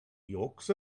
yolks